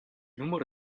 numero